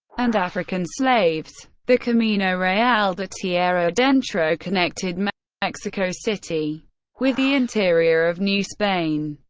and african slaves. the camino real de tierra adentro connected mexico city with the interior of new spain.